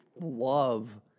love